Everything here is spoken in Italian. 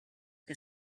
che